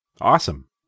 Awesome